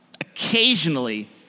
Occasionally